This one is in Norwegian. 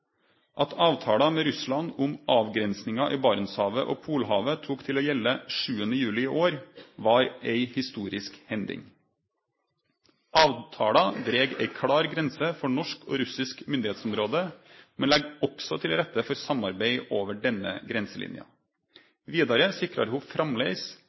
At avtala med Russland om avgrensinga i Barentshavet og Polhavet tok til å gjelde 7. juli i år, var ei historisk hending. Avtala dreg ei klar grense for norsk og russisk myndigheitsområde, men legg også til rette for samarbeid over denne grenselinja. Vidare sikrar ho framleis